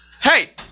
Hey